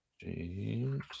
James